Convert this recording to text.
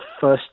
first